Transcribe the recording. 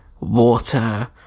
water